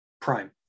Prime